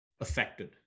affected